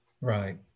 Right